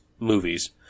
movies